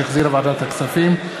שהחזירה ועדת הכספים,